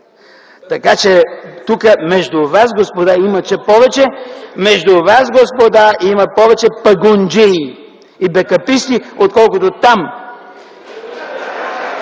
ПАНТЕВ: ... между вас, господа, има повече пагонджии и бекаписти, отколкото там!